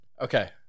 Okay